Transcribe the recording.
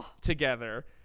together